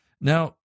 Now